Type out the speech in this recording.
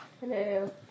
Hello